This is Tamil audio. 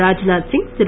ராஜ்நாத் சிங் திரு